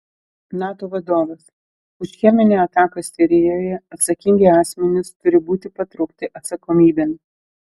nato vadovas už cheminę ataką sirijoje atsakingi asmenys turi būti patraukti atsakomybėn